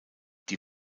die